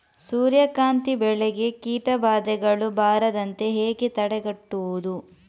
ಸೂರ್ಯಕಾಂತಿ ಬೆಳೆಗೆ ಕೀಟಬಾಧೆಗಳು ಬಾರದಂತೆ ಹೇಗೆ ತಡೆಗಟ್ಟುವುದು?